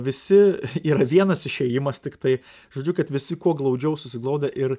visi yra vienas išėjimas tiktai žodžiu kad visi kuo glaudžiau susiglaudę ir